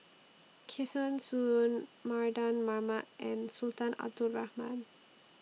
Kesavan Soon Mardan Mamat and Sultan Abdul Rahman